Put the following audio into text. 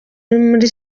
muri